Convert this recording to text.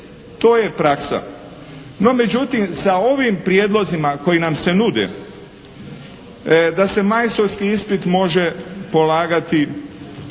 To je praksa. No, međutim sa ovim prijedlozima koji nam se nude da se majstorski ispit može polagati